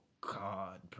God